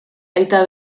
aita